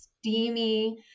steamy